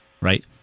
right